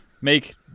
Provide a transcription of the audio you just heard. make